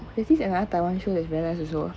oh there's this another taiwan show that's very nice also